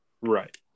Right